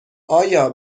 آیا